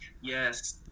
Yes